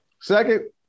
Second